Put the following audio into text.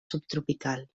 subtropical